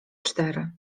cztery